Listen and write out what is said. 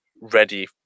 ready